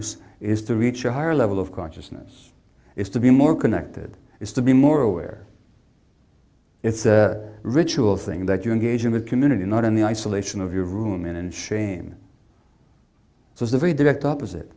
was is to reach a higher level of consciousness is to be more connected is to be more aware it's a ritual thing that you engage in with community not in the isolation of your room in shame so it's a very direct opposite